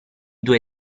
due